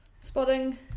spotting